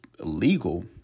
illegal